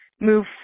move